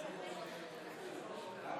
בבקשה, מכובדי.